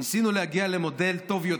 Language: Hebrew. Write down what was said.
ניסינו להגיע למודל טוב יותר,